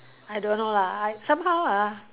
I don't know lah I somehow ah